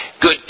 good